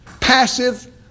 passive